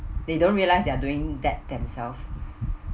they don't realize they're doing that themselves